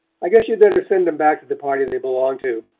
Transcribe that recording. i guess you better send em back to the party they belong to,